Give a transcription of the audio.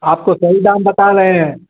आपको सही दाम बता रहे हैं